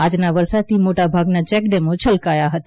આજના વરસાદથી મોટાભાગના ચેકડેમો છલકાયાં હતા